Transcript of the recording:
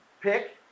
pick